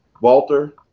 Walter